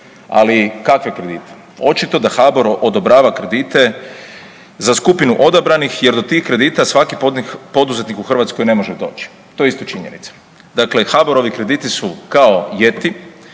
ali kakve kredite? Očito da HBOR odobrava kredite za skupinu odabranih jer do tih kredita svaki poduzetnik u Hrvatskoj ne može doći, to je isto činjenica. Dakle, HBOR-ovi krediti su kao jeti,